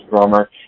drummer